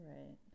Right